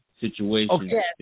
situation